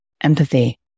empathy